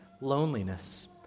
loneliness